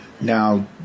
Now